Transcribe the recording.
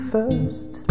First